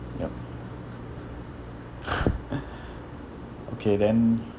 yup okay then